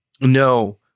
No